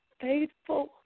faithful